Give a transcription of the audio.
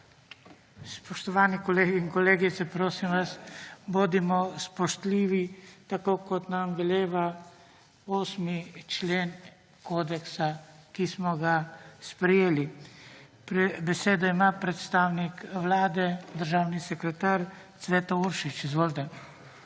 Spoštovani kolegi in kolegice, prosim vas bodimo spoštljivi tako kot nam veleva 8. člen kodeksa, ki smo ga sprejeli. Besedo ima predstavnik Vlade državni sekretar Cveto Uršič. Izvolite.